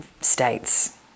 states